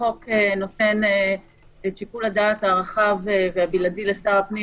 החוק נותן את שיקול הדעת הרחב והבלעדי לשר הפנים